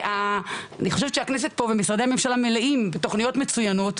אני חושבת שהכנסת פה ומשרדי הממשלה מלאים בתוכניות מצוינות,